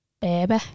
baby